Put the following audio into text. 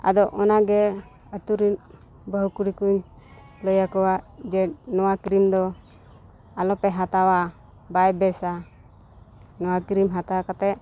ᱟᱫᱚ ᱚᱱᱟᱜᱮ ᱟᱛᱳ ᱨᱤᱱ ᱵᱟᱹᱦᱩ ᱠᱩᱲᱤ ᱠᱚᱹᱧ ᱞᱟᱹᱭᱟᱠᱚᱣᱟ ᱡᱮ ᱱᱚᱟ ᱠᱨᱤᱢ ᱫᱚ ᱟᱞᱚᱯᱮ ᱦᱟᱛᱟᱣᱟ ᱵᱟᱭ ᱵᱮᱥᱟ ᱱᱚᱣᱟ ᱠᱨᱤᱢ ᱦᱟᱛᱟᱣ ᱠᱟᱛᱮ